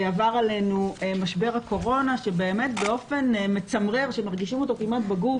עבר עלינו משבר הקורונה שבאמת באופן מצמרר שמרגישים אותו כמעט בגוף